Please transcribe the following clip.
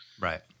Right